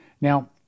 Now